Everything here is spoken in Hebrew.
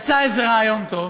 יצא ריאיון טוב,